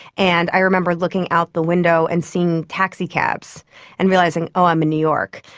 and i remember looking out the window and seeing taxicabs and realising, oh, i'm in new york.